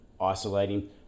isolating